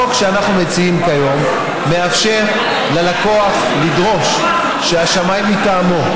החוק שאנחנו מציעים כיום מאפשר ללקוח לדרוש שהשמאי מטעמו,